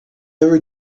ever